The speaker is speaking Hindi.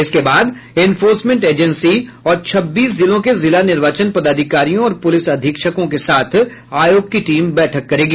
इसके बाद इंफोर्समेंट एजेंसी और छब्बीस जिलों के जिला निर्वाचन पदाधिकारियों और पुलिस अधीक्षकों के साथ आयोग की टीम बैठक करेगी